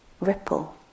ripple